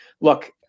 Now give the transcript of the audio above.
look